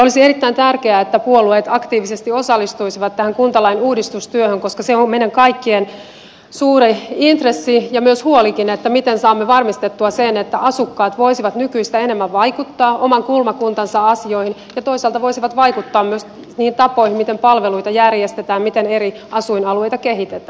olisi erittäin tärkeää että puolueet aktiivisesti osallistuisivat tähän kuntalain uudistustyöhön koska se on meidän kaikkien suuri intressi ja myös huolikin miten saamme varmistettua sen että asukkaat voisivat nykyistä enemmän vaikuttaa oman kulmakuntansa asioihin ja toisaalta voisivat vaikuttaa myös niihin tapoihin miten palveluita järjestetään miten eri asuinalueita kehitetään